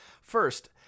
First